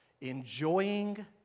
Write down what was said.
enjoying